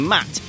Matt